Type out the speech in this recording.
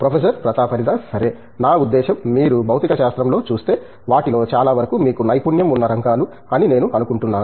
professor Pratap Haridas సరే నా ఉద్దేశ్యం మీరు భౌతికశాస్త్రంలో చూస్తే వాటిలో చాలా వరకు మీకు నైపుణ్యం ఉన్న రంగాలు అని నేను అనుకుంటున్నాను